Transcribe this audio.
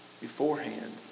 beforehand